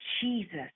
Jesus